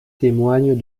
témoignent